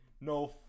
No